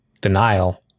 denial